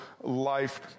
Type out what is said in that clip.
life